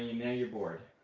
you know you're bored.